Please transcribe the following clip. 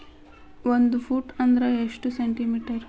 ಒಂದು ಫೂಟ್ ಅಂದ್ರ ಎಷ್ಟು ಸೆಂಟಿ ಮೇಟರ್?